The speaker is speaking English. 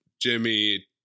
Jimmy